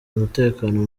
umutekano